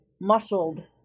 muscled